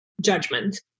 judgment